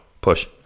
Push